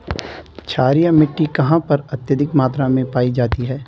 क्षारीय मिट्टी कहां पर अत्यधिक मात्रा में पाई जाती है?